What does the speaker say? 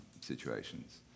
situations